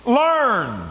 learn